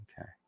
Okay